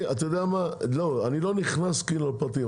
לא, אני לא נכנס לפרטים.